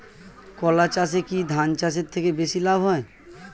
কলা চাষে কী ধান চাষের থেকে বেশী লাভ হয়?